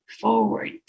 forward